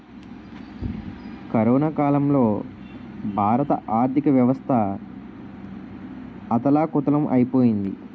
corona కాలంలో భారత ఆర్థికవ్యవస్థ అథాలకుతలం ఐపోయింది